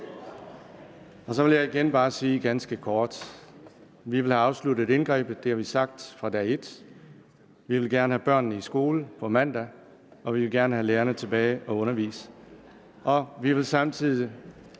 Så vil jeg igen bare sige ganske kort, at vi vil have afsluttet indgrebet. Det har vi sagt fra dag et. Vi vil gerne have børnene i skole på mandag, og vi vil gerne have lærerne tilbage og undervise. Vi vil samtidig